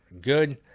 good